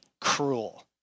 cruel